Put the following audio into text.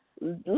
let